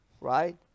right